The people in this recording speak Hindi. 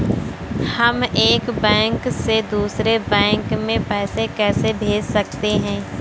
हम एक बैंक से दूसरे बैंक में पैसे कैसे भेज सकते हैं?